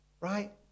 Right